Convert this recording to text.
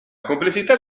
complessità